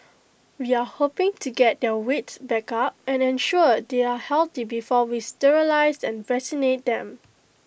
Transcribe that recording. we are hoping to get their weight back up and ensure they are healthy before we sterilise and vaccinate them